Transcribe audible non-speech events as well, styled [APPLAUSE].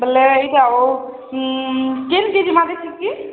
ବେଲେ ଏଇଟା ହଉଛି କେନ୍ କେଜି [UNINTELLIGIBLE]